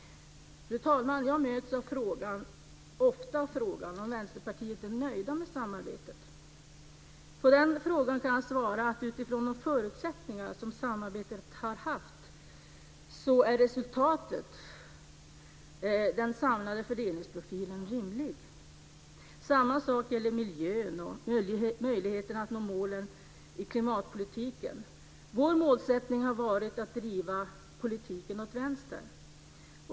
Fru talman! Jag möts ofta av frågan om vi i Vänsterpartiet är nöjda med samarbetet. På den frågan kan jag svara att utifrån de förutsättningar som samarbetet har haft är resultatet - den samlade fördelningsprofilen - rimligt. Samma sak gäller miljön och möjligheterna att nå målen i klimatpolitiken. Vår målsättning har varit att driva politiken åt vänster.